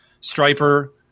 Striper